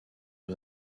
was